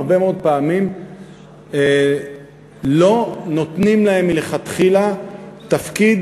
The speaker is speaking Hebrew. הרבה מאוד פעמים לא נותנים להן מלכתחילה תפקיד